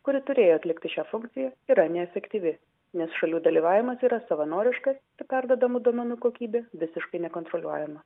kuri turėjo atlikti šią funkciją yra neefektyvi nes šalių dalyvavimas yra savanoriškas perduodamų duomenų kokybė visiškai nekontroliuojama